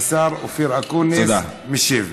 השר אקוניס משיב.